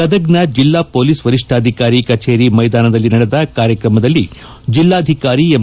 ಗದಗ್ನ ಜಿಲ್ಲಾ ಪೊಲೀಸ್ ವರಿಷ್ಣಾಧಿಕಾರಿ ಕಛೇರಿ ಮೈದಾನದಲ್ಲಿ ನಡೆದ ಕಾರ್ಯಕ್ರಮದಲ್ಲಿ ಜಿಲ್ಲಾಧಿಕಾರಿ ಎಂ